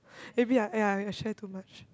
maybe I ya I share too much